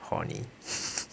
horny